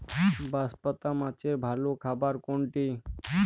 বাঁশপাতা মাছের ভালো খাবার কোনটি?